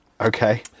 Okay